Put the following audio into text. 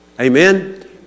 Amen